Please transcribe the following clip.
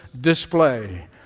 display